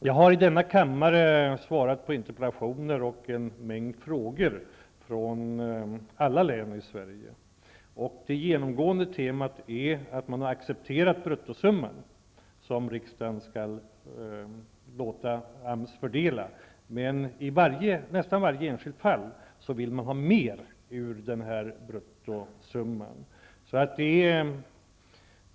Jag har i denna kammare svarat på interpellationer och en mängd frågor från representanter för alla län i Sverige, och genomgående har man accepterat den bruttosumma riksdagen skall låta AMS fördela, men i nästan varje enskilt fall vill man för det egna länets del ha mer ur bruttosumman.